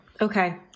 Okay